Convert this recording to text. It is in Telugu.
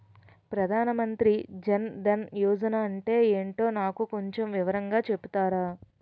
ప్రధాన్ మంత్రి జన్ దన్ యోజన అంటే ఏంటో నాకు కొంచెం వివరంగా చెపుతారా?